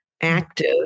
active